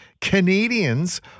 Canadians